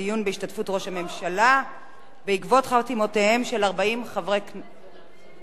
דיון בהשתתפות ראש הממשלה בעקבות חתימותיהם של 40 חברי כנסת.